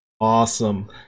Awesome